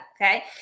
Okay